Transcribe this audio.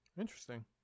Interesting